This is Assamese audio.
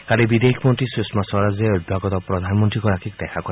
কালি বিদেশমন্ত্ৰী সুষমা স্বৰাজে অভ্যাগত প্ৰধানমন্ত্ৰীগৰাকীক দেখা কৰে